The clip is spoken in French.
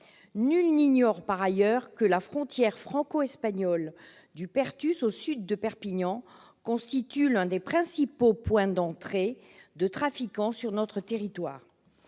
Nul n'ignore, par ailleurs, que la frontière franco-espagnole du Perthus, au sud de Perpignan, constitue l'un des principaux points d'entrée de trafiquants sur notre territoire.